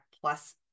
plus